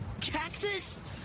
Cactus